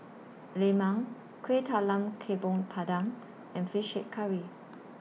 Lemang Kueh Talam Tepong Pandan and Fish Head Curry